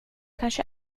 kanske